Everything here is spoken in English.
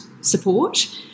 support